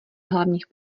hlavních